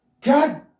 God